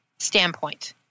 standpoint